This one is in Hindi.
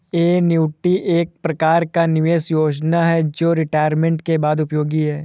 एन्युटी एक प्रकार का निवेश योजना है जो रिटायरमेंट के बाद उपयोगी है